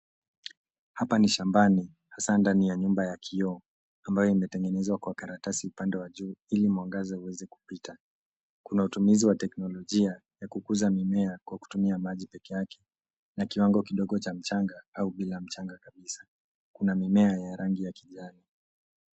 Hapa ni shambani hasa ndani ya nyumba ya kioo, ambao imetengenezwa kwa karatasi upande wa juu ili mwangaza iweze kupita. Kuna utumizi wa teknologia ya kukuza mimea kwa kutumia maji pekee yake na kiwango kidogo cha mchanga au bila mchanga kabisa. Kuna mimea ya rangi ya kijani.